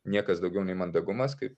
niekas daugiau nei mandagumas kaip